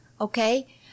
okay